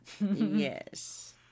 Yes